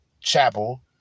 Chapel